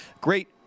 Great